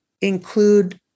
include